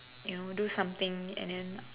you know do something and then